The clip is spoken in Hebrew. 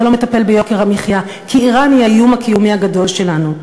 אתה לא מטפל ביוקר המחיה כי איראן היא האיום הקיומי הגדול שלנו.